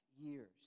years